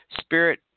Spirit